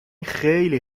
خیلی